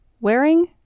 wearing